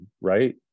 Right